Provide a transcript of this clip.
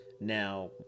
Now